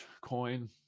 Coin